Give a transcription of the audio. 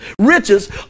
Riches